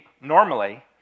normally